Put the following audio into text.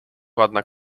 ładna